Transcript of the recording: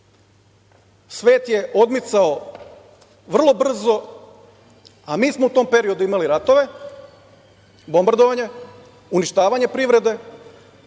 svet je odmicao vrlo brzo, a mi smo u tom periodu imali ratove, bombardovanje, uništavanje privrede